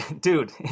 Dude